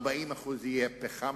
40% יהיה פחם,